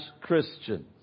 Christians